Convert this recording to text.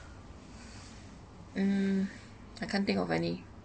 mm I can't think of any